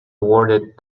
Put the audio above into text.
awarded